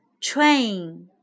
Train